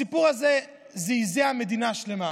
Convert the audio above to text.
הסיפור הזה זעזע מדינה שלמה,